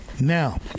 Now